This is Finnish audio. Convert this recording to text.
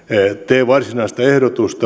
tee varsinaista ehdotusta